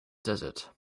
desert